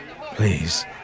Please